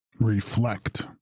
Reflect